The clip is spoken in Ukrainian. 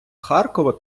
харкова